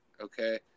Okay